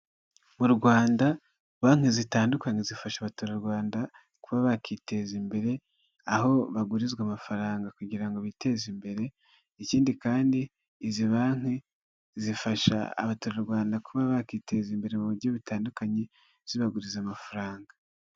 Mu Rwanda banki zitandukanye zifasha abaturarwanda kuba bakiteza imbere aho bagurizwa amafaranga kugira ngo biteze imbere, ikindi izi banki zifasha abaturarwanda kuba bakiteza imbere mu buryo butandukanye zibaguriza amafaranga.